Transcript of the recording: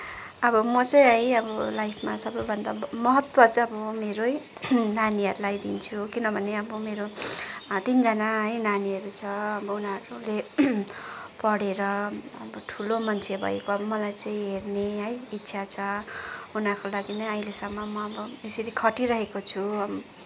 अब म चाहिँ है अब लाइफमा सबैभन्दा महत्त्व चाहिँ अब मेरै नानीहरूलाई दिन्छु किनभने अब मेरो तिनजना है नानीहरू छ अब उनीहरूले पढे्र अब ठुलो मान्छे भएको मलाई चाहिँ हेर्ने है इच्छा छ उनीहरूकै लागि नै अहिलेसम्म म अब यसरी खटिरहेको छु